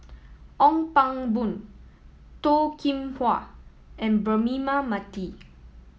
Ong Pang Boon Toh Kim Hwa and Braema Mathi